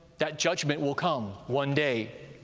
that judgment will come one day.